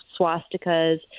swastikas